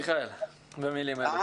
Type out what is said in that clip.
השר במשרד הביטחון מיכאל מרדכי ביטון: